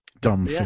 Dumb